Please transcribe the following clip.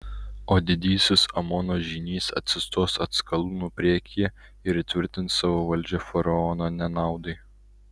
o didysis amono žynys atsistos atskalūnų priekyje ir įtvirtins savo valdžią faraono nenaudai